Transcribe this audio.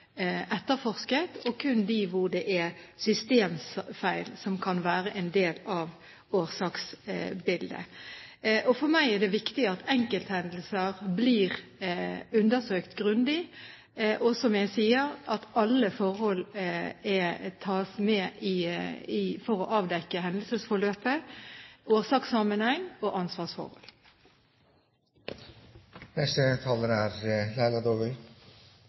etterforsket, kun de hvor systemfeil kan være del av årsaksbildet. For meg er det viktig at enkelthendelser blir undersøkt grundig, og, som jeg sier, at alle forhold tas med for å avdekke hendelsesforløp, årsakssammenheng og ansvarsforhold.